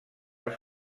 els